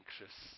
anxious